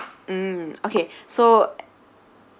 mm okay so